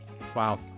Wow